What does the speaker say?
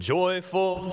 Joyful